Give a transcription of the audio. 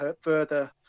further